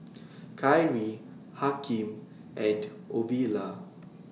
Kyree Hakim and Ovila